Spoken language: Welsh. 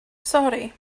sori